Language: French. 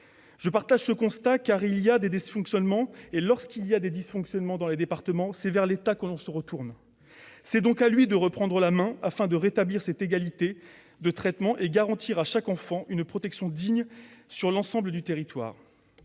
Je partage ce constat, car, quand il y a des dysfonctionnements dans les départements- et il y en a -, c'est vers l'État que l'on se tourne. C'est donc à lui de reprendre la main afin de rétablir cette égalité de traitement et de garantir à chaque enfant une protection digne sur l'ensemble du territoire.